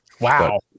Wow